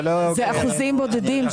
זה אחוזים בודדים,